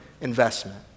investment